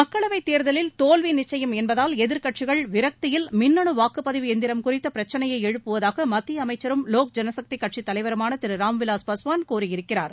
மக்களவைத் தேர்தலில் தோல்வி நிச்சயம் என்பதால் எதிர்க்கட்சிகள் விரக்தியில் மின்னனு வாக்குப்பதிவு எந்திரம் குறித்த பிரச்ளையை எழுப்புவதாக மத்திய அமைச்சரும் லோக் ஜனசக்தி கட்சித் தலைவருமான திரு ராம்விலாஸ் பாஸ்வான் கூறியிருக்கிறார்